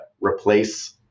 replace